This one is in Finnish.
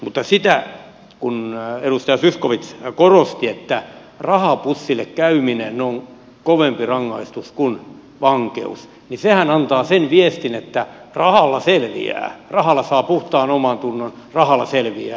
mutta kun edustaja zyskowicz korosti että rahapussille käyminen on kovempi rangaistus kuin vankeus niin sehän antaa sen viestin että rahalla selviää rahalla saa puhtaan omantunnon rahalla selviää